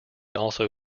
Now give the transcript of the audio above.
also